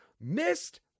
Missed